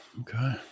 okay